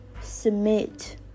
submit